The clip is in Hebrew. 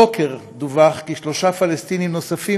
הבוקר דווח כי שלושה פלסטינים נוספים